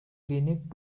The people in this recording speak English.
clinic